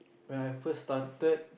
when I first started